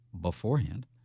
beforehand